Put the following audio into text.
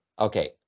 Okay